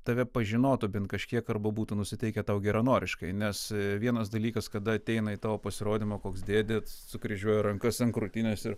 tave pažinotų bent kažkiek arba būtų nusiteikę tau geranoriškai nes vienas dalykas kada ateina į tavo pasirodymą koks dėdė sukryžiuoja rankas ant krūtinės ir